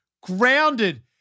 Grounded